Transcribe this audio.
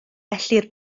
ellir